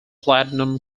platinum